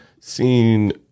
seen